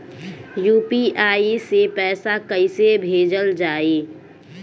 UPI से पैसा कइसे भेजल जाई?